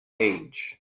age